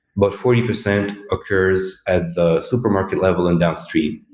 but forty percent occurs at the supermarket level and downstream.